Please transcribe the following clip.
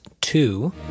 two